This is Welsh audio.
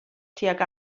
tuag